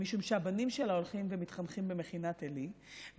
משום שהבנים שלה הולכים ומתחנכים במכינת עלי,